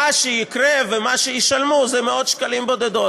מה שיקרה ומה שישלמו זה מאות שקלים בודדים?